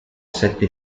sette